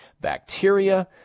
bacteria